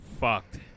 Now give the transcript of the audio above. Fucked